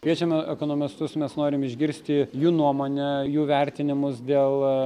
kviečiame ekonomistus mes norim išgirsti jų nuomonę jų vertinimus dėl